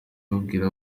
babwira